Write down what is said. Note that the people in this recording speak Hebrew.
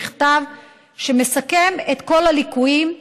במכתב שמסכם את כל הליקויים.